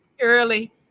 early